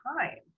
time